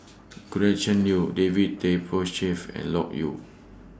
Gretchen Liu David Tay Poey Cher of and Loke Yew